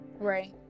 Right